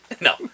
no